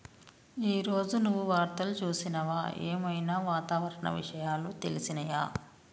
ఈ రోజు నువ్వు వార్తలు చూసినవా? ఏం ఐనా వాతావరణ విషయాలు తెలిసినయా?